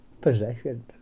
Possession